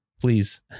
please